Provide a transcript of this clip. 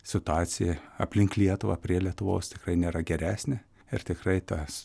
situacija aplink lietuvą prie lietuvos tikrai nėra geresnė ir tikrai tas